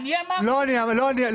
אני אמרתי לא לתת לך לתרום דם?